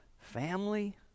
family